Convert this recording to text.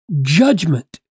judgment